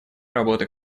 работы